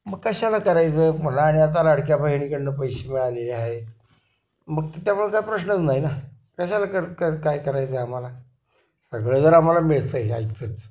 मग कशाला करायचं मला आणि आता लाडक्या बहिणीकडून पैसे मिळालेले आहे मग त्यामुळं काय प्रश्नच नाही ना कशाला कर कर काय करायचं आहे आम्हाला सगळं जर आम्हाला मिळतं आहे आयतंच